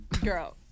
Girl